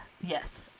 yes